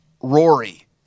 Rory